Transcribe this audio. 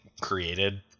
created